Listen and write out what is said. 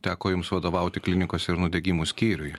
teko jums vadovauti klinikose ir nudegimų skyriuj